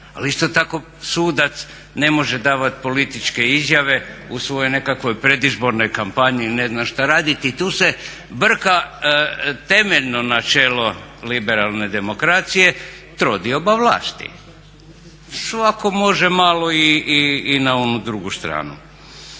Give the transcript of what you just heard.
ali isto tako sudac ne može davati političke izjave u svojoj nekakvoj predizbornoj kampanji ili ne znam šta raditi. Tu se brka temeljno načelo liberalne demokracije, trodioba vlasti. Svatko može malo i na onu drugu stranu.